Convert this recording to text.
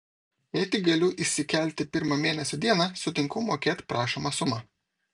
jei tik galiu įsikelti pirmą mėnesio dieną sutinku mokėt prašomą sumą